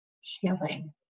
healing